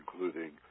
including